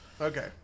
Okay